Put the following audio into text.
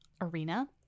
arena